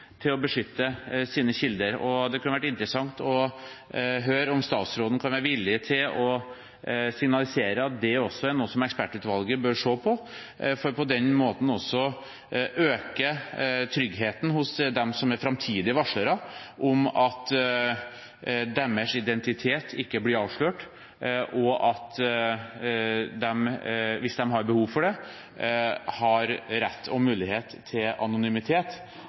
til å beskytte sine kilder. Det kunne vært interessant å høre om statsråden kan være villig til å signalisere at dette er noe som ekspertutvalget bør se på, for på den måten å øke tryggheten hos framtidige varslere – at deres identitet ikke blir avslørt, og at de, hvis de har behov for det, har rett og mulighet til anonymitet.